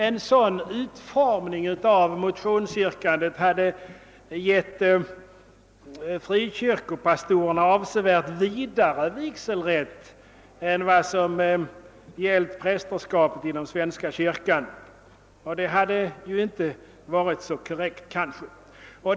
En sådan utformning av motionsyrkandet skulle nämligen ha inneburit att frikyrkopastorerna skulle ges en avsevärt vidare vigselrätt än vad som gäller för präster skapet inom svenska kyrkan. Det hade ju knappast varit korrekt.